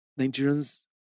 Nigerians